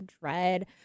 dread